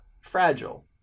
fragile